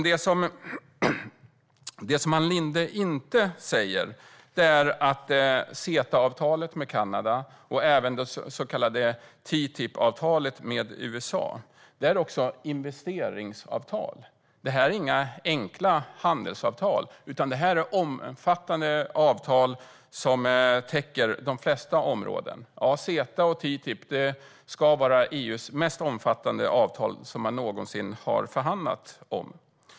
Det Ann Linde dock inte säger är att CETA-avtalet med Kanada och det så kallade TTIP-avtalet med USA också är investeringsavtal. Detta är inga enkla handelsavtal, utan det handlar om omfattande avtal som täcker de flesta områden. CETA och TTIP ska vara EU:s mest omfattande avtal som man någonsin har förhandlat om.